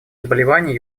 заболевания